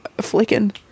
Flicking